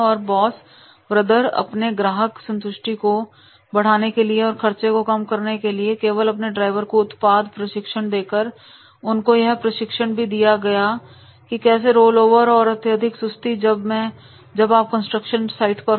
और boss brother अपने ग्राहक संतुष्टि को बढ़ाने और खर्चे को कम करने में कामयाब रहे हैं केवल अपने ड्राइवर को उत्पाद प्रशिक्षण देकर और उनको यह प्रशिक्षण भी दिया गया कि कैसे रोलओवर और अत्यधिक सुस्ती जब मैं कंस्ट्रक्शन साइट पर हो